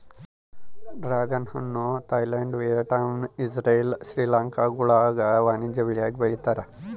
dragon ಹಣ್ಣು Thailand Vietnam Israel ಶ್ರೀಲಂಕಾಗುಳಾಗ ವಾಣಿಜ್ಯ ಬೆಳೆಯಾಗಿ ಬೆಳೀತಾರ